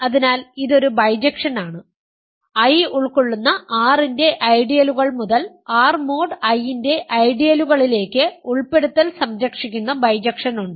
അതിനാൽ ഇത് ഒരു ബൈജക്ഷൻ ആണ് I ഉൾക്കൊള്ളുന്ന R ൻറെ ഐഡിയലുകൾ മുതൽ R മോഡ് I ന്റെ ഐഡിയലുകളിലേക്ക് ഉൾപ്പെടുത്തൽ സംരക്ഷിക്കുന്ന ബൈജക്ഷൻ ഉണ്ട്